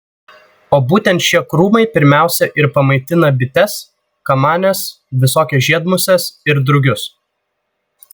o būtent šie krūmai pirmiausia ir pamaitina bites kamanes visokias žiedmuses ir drugius